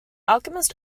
alchemist